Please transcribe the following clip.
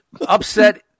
Upset